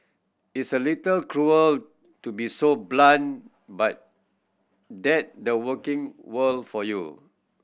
it's a little cruel to be so blunt but that the working world for you